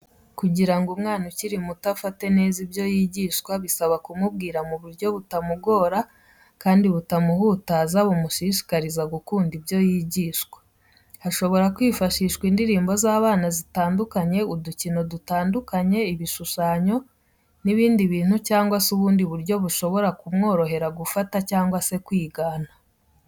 Kugirango uwaa ukiri muto afate neza ibyo yigishwa bisaba kumubwira mu buryo butamugora kandi butamuhutaza bumushishikariza gukunda ibyo yigishwa. Hashobora kwifashishwa indirimbo z'abana zitandukanye, udukino dutndukanye, ibishushanyo n'ibindi bintu cyangwa se ubundi buryo bushobora kumworohera gufata cyangwa se kwigana.